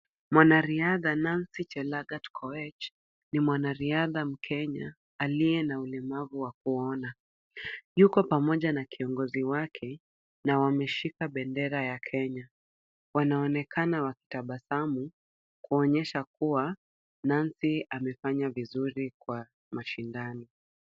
Mwanariadha Nancy Chelangat Koech, ni mwanariadha mkenya aliye na ulemavu wa kuona, yuko pamoja na kiongozi wake na wameshika bendera ya Kenya, wanaonekana wakitabasamu kuonyesha kuwa Nancy amefanya vizuri kwa mashindano.